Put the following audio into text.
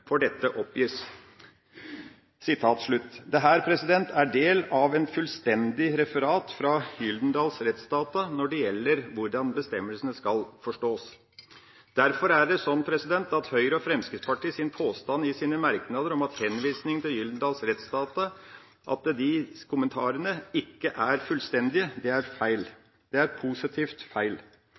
for dette, oppgis.» Dette er del av et fullstendig referat fra Gyldendal Rettsdata når det gjelder hvordan bestemmelsene skal forstås. Derfor er Høyre og Fremskrittspartiets påstand i merknaden om henvisningen til Gyldendal Rettsdata – at de kommentarene ikke er fullstendige – feil. Det er positivt feil.